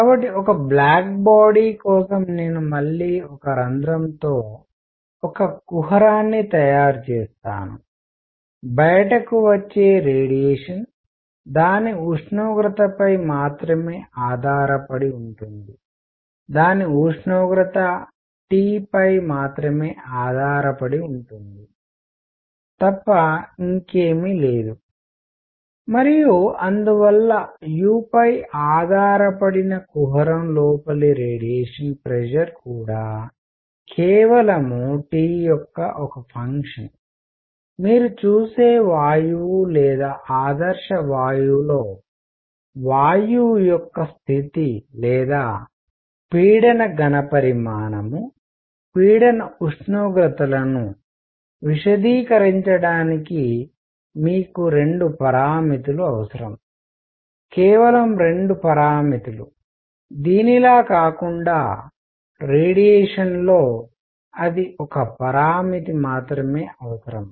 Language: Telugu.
కాబట్టి ఒక బ్లాక్ బాడీ కోసం నేను మళ్ళీ ఒక రంధ్రంతో ఒక కుహరాన్ని తయారుచేస్తాను బయటకు వచ్చే రేడియేషన్ దాని ఉష్ణోగ్రతపై మాత్రమే ఆధారపడి ఉంటుంది దాని ఉష్ణోగ్రత T పై మాత్రమే ఆధారపడి ఉంటుంది తప్ప ఇంకేమి లేదు మరియు అందువల్ల u పై ఆధారపడిన కుహరం లోపలి రేడియేషన్ ప్రెషర్ కూడా కేవలం T యొక్క ఒక ఫంక్షన్ మీరు చూసే వాయువు లేదా ఆదర్శ వాయువు లో వాయువు యొక్క స్థితి లేదా పీడన ఘణపరిమాణం పీడన ఉష్ణోగ్రత లను విశదీకరించడానికి మీకు 2 పరామితులు అవసరం కేవలం 2 పరామితులు దీనిలా కాకుండా రేడియేషన్లో అది ఒక పరామితి మాత్రమే అవసరం